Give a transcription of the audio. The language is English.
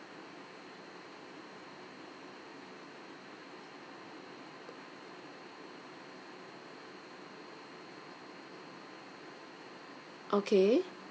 okay